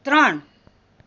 ત્રણ